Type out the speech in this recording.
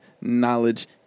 knowledge